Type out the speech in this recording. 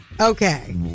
Okay